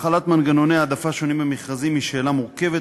החלת מנגנוני העדפה שונים במכרזים היא שאלה מורכבת,